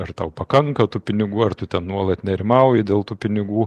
ar tau pakanka tų pinigų ar tu ten nuolat nerimauji dėl tų pinigų